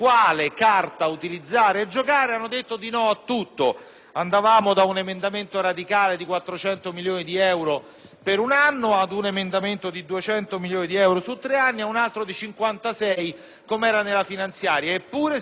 andava da un emendamento radicale di 400 milioni di euro per un anno, passando per uno di 200 milioni di euro per tre anni, ad un altro di 56 per tre anni, com'era nella finanziaria. Eppure, signor Presidente, qualche emendamento di questi era stato sottoscritto